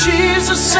Jesus